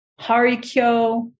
Harikyo